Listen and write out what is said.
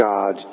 God